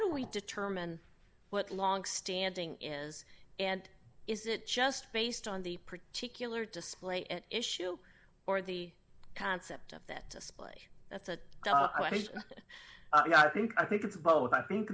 do we determine what longstanding is and is it just based on the particular display at issue or the concept of that display that's a question that i think i think it's both i think